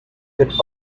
could